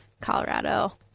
Colorado